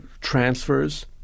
transfers